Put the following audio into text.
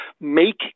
make